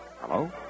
Hello